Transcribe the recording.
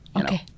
Okay